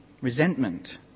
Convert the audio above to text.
resentment